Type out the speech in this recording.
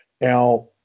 Now